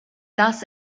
das